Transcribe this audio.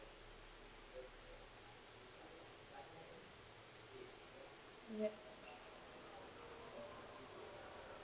ya